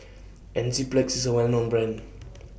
Enzyplex IS A Well known Brand